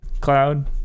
cloud